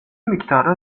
miktarı